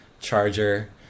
charger